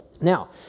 Now